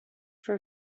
for